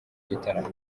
gitaramo